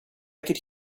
could